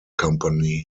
company